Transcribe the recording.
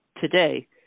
today